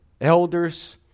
elders